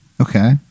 Okay